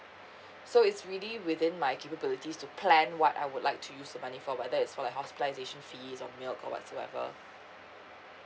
so it's really within my capabilities to plan what I would like to use the money for whether it's for like hospitalization fees or milk or whatsoever